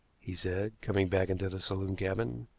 he said, coming back into the saloon-cabin.